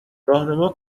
راهنما